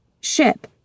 Ship